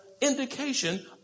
indication